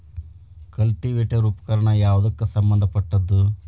Cultivator ಉಪಕರಣ ಯಾವದಕ್ಕ ಸಂಬಂಧ ಪಟ್ಟಿದ್ದು?